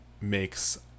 makes